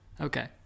okay